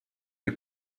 too